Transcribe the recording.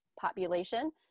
population